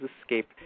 escape